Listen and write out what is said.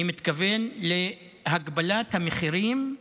אני מתכוון להגבלת המחירים,